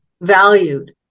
valued